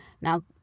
Now